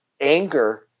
anger